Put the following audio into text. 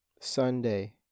Sunday